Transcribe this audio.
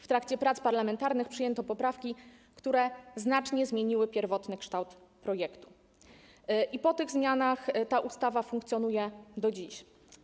W trakcie prac parlamentarnych przyjęto poprawki, które znacznie zmieniły pierwotny kształt projektu, i po tych zmianach ta ustawa funkcjonuje do dziś.